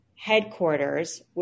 headquarters